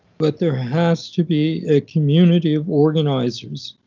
but there has to be a community of organizers